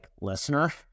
listener